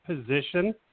position